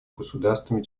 государствами